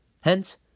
Hence